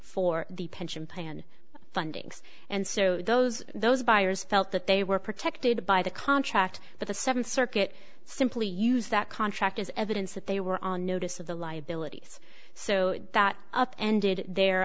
for the pension plan fundings and so those those buyers felt that they were protected by the contract but the seventh circuit simply used that contract as evidence that they were on notice of the liabilities so that up ended